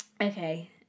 okay